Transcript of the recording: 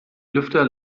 lüfter